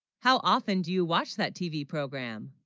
how often, do you watch that tv program